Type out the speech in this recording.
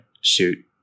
shoot